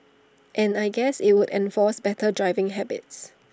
and I guess IT would enforce better driving habits